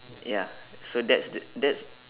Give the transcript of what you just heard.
ya so that's th~ that's